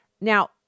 Now